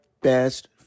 best